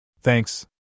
thanks